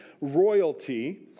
royalty